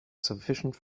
sufficient